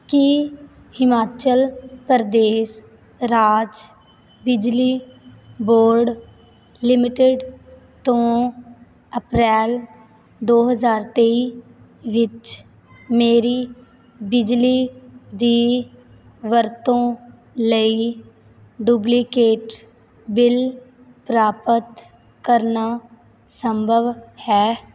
ਕੀ ਹਿਮਾਚਲ ਪ੍ਰਦੇਸ਼ ਰਾਜ ਬਿਜਲੀ board limited ਤੋਂ ਅਪ੍ਰੈਲ ਦੋ ਹਜ਼ਾਰ ਤੇਈ ਵਿੱਚ ਮੇਰੀ ਬਿਜਲੀ ਦੀ ਵਰਤੋਂ ਲਈ ਡੁਬਲੀਕੇਟ ਬਿੱਲ ਪ੍ਰਾਪਤ ਕਰਨਾ ਸੰਭਵ ਹੈ